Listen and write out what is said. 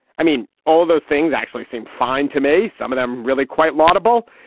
i mean, all of those things actually seem fine to me, some of them really quite laudable.